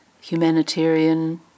humanitarian